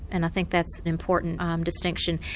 and i think that's an important um distinction.